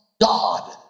God